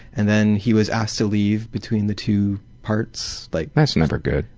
and then he was asked to leave between the two parts. like that's never good.